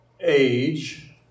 age